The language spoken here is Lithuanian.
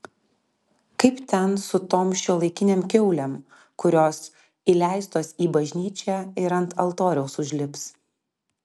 kaip ten su tom šiuolaikinėm kiaulėm kurios įleistos į bažnyčią ir ant altoriaus užlips